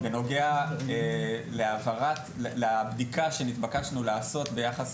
בנוגע לבדיקה שנתבקשנו לעשות ביחס